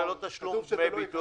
הוועדה ביקשה לבדוק